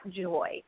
joy